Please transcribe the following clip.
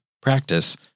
practice